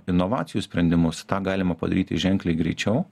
inovacijų sprendimus tą galima padaryti ženkliai greičiau